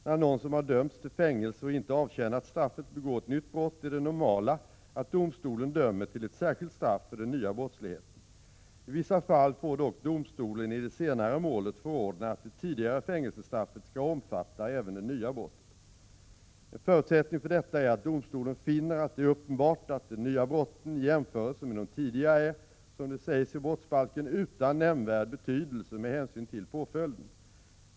När någon, som har dömts till fängelse och inte avtjänat straffet, begår ett nytt brott är det normala att domstolen dömer till ett särskilt straff för den nya brottsligheten. I vissa fall får dock domstolen i det senare målet förordna att det tidigare fängelsestraffet skall omfatta även det nya brottet. En förutsättning för detta är att domstolen finner att det är uppenbart att de nya brotten i jämförelse med de tidigare är, som det sägs i brottsbalken, utan nämnvärd betydelse med hänsyn till påföljden.